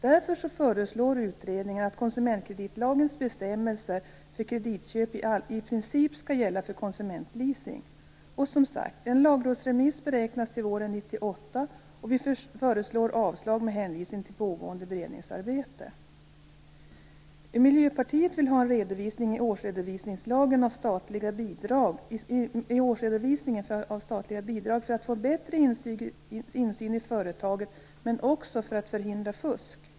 Därför föreslår utredningen att konsumentkreditlagens bestämmelser för kreditköp i princip skall gälla för konsumentleasing. Och som sagt: En lagrådsremiss beräknas till våren 1998 och vi föreslår avslag med hänvisning till pågående beredningsarbete. Miljöpartiet vill ha en redovisning i årsredovisningen av statliga bidrag för att få en bättre insyn i företaget, men också för att förhindra fusk.